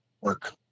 work